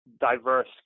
diverse